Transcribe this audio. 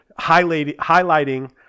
highlighting